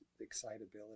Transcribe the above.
excitability